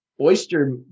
oyster